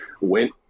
went